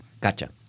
Gotcha